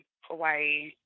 Hawaii